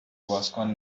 بازکن